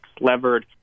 levered